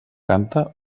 canta